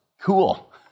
Cool